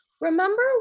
Remember